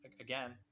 again